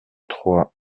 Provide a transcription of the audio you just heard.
trois